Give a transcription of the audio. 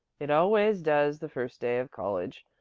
it always does the first day of college.